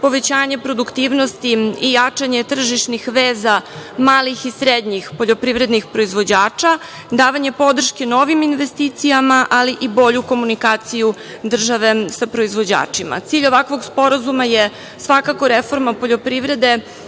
povećanje produktivnosti i jačanje tržišnih veza malih i srednjih poljoprivrednih proizvođača, davanje podrške novim investicijama, ali i bolju komunikaciju države sa proizvođačima. Cilj ovakvog sporazuma je svakako reforma poljoprivrede